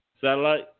Satellite